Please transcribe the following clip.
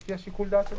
לפי שיקול הדעת שלהם.